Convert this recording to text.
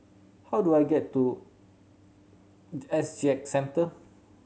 how do I get to S G X Centre